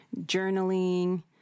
journaling